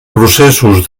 processos